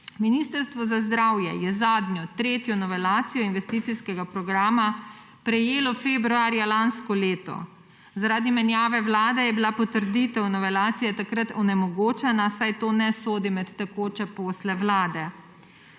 Ministrstvo za zdravje je zadnjo, tretjo novelacijo investicijskega programa prejelo februarja lansko leto. Zaradi menjave vlade je bila potrditev novelacije takrat onemogočena, saj to ne sodi med tekoče posle Vlade.